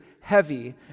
heavy